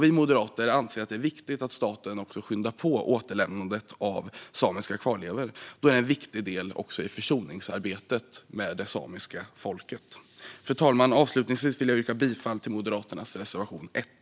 Vi moderater anser att det är viktigt att staten skyndar på återlämnandet av samiska kvarlevor, då detta även är en viktig del i försoningsarbetet med det samiska folket. Fru talman! Avslutningsvis vill jag yrka bifall till Moderaternas reservation nr 1.